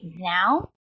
now